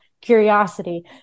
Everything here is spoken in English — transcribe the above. curiosity